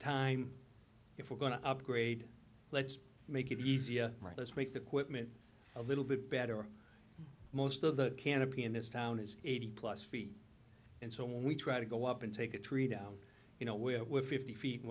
time if we're going to upgrade let's make it easy right let's make the quitman a little bit better most of the canopy in this town is eighty plus feet and so when we try to go up and take a tree down you know where we're fifty feet